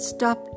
Stop